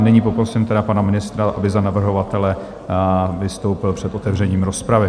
Nyní poprosím tedy pana ministra, aby za navrhovatele vystoupil před otevřením rozpravy.